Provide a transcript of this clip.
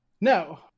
No